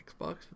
Xbox